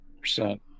percent